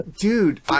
dude